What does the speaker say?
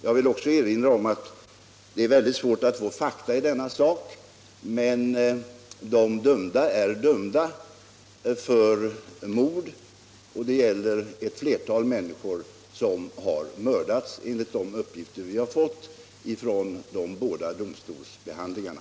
Jag vill också erinra om att det är mycket svårt att få fakta i denna sak, men de fängslade är dömda för mord — och det är ett flertal människor som mördats, enligt de uppgifter vi fått från de båda domstolsförhandlingarna.